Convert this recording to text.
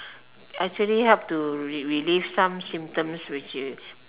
actually help to re~ relieve some symptoms which you